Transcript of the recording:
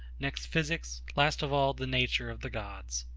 next physics, last of all the nature of the gods.